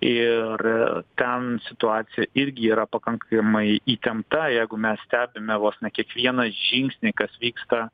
ir ten situacija irgi yra pakankamai įtempta jeigu mes stebime vos ne kiekvieną žingsnį kas vyksta